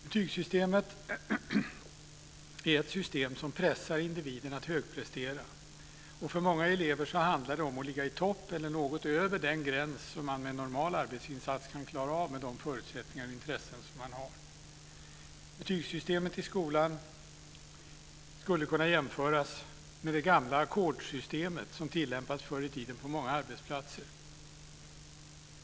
Betygssystemet är ett system som pressar individen att högprestera. Och för många elever handlar det om att ligga i topp eller något över den gräns som man med en normal arbetsinsats kan klara av med de förutsättningar och intressen som man har. Betygssystemet i skolan skulle kunna jämföras med det gamla ackordssystemet som tillämpades förr i tiden på många arbetsplatser.